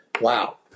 Wow